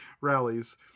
rallies